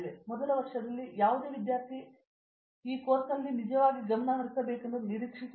ಮೊದಲ ವರ್ಷದಲ್ಲಿ ಯಾವುದೇ ವಿದ್ಯಾರ್ಥಿಗಳು ಈ ಕೋರ್ನಲ್ಲಿ ನಿಜವಾಗಿಯೂ ಗಮನಹರಿಸಬೇಕೆಂದು ನಾವು ನಿರೀಕ್ಷಿಸುತ್ತೇವೆ